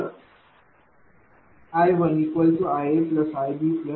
तर I1iAiBiC आहे